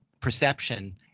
perception